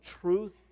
truth